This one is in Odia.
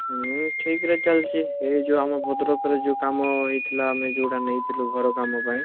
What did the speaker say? ହୁଁ ଠିକ୍ରେ ଚାଲିଛି ଏ ଯଉ ଆମ ଭଦ୍ରକରେ ଯଉ କାମ ହେଇଥିଲା ଆମେ ଯଉଟା ନେଇଥିଲୁ ଘର କାମ ପାଇଁ